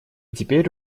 теперь